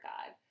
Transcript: God